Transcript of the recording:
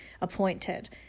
appointed